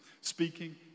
speaking